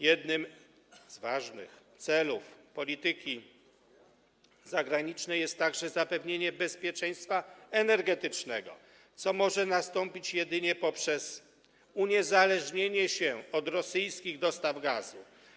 Jednym z ważnych celów polityki zagranicznej jest także zapewnienie bezpieczeństwa energetycznego, co może nastąpić jedynie poprzez uniezależnienie się od rosyjskich dostaw gazu.